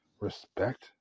respect